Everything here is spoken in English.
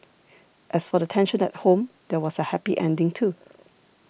as for the tension at home there was a happy ending too